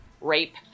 rape